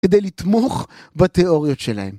כדי לתמוך בתיאוריות שלהם.